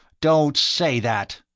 don't say that,